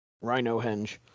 Rhino-henge